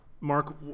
Mark